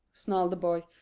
snarled the boy.